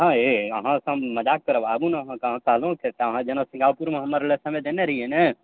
हऽ ये अहाँसँ हम मजाक करब आबू न अहाँक कहलहुँ न अहाँ जेना सिङ्गापुरमऽ हमर लय समय देनय रहियै नऽ